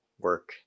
work